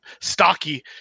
stocky